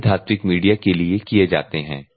ये धात्विक मीडिया के लिए किए जाते हैं